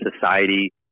society